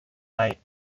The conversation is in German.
hei